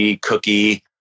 Cookie